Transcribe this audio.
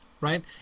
right